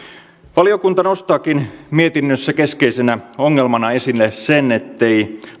valiokunta nostaakin mietinnössä keskeisenä ongelmana esille sen ettei